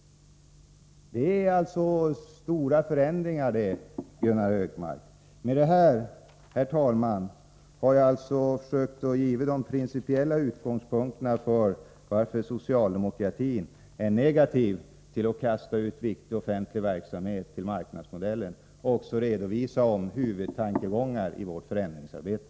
Detta är stora förändringar, Gunnar Hökmark. Med detta, herr talman, har jag försökt ange de principiella utgångspunkterna för socialdemokratins negativa inställning till att ”kasta ut” viktig offentlig verksamhet till marknadsmodellen, och jag har även försökt redovisa huvudtankegångar i vårt förändringsarbete.